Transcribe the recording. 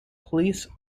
police